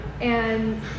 And-